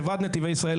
אבל חברת נתיבי ישראל,